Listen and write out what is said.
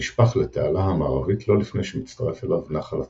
ונשפך לתעלה המערבית לא לפני שמצטרף אליו נחל הטחנות.